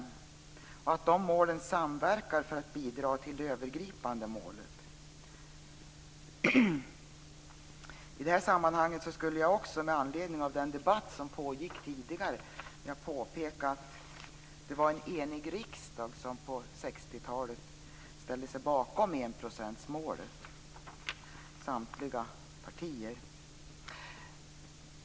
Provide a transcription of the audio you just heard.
De målen samverkar för att bidra till det övergripande målet. Med anledning av den tidigare debatten vill jag påpeka att det var en enig riksdag som på 60-talet ställde sig bakom enprocentsmålet - det gällde samtliga partier.